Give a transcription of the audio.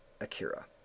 Akira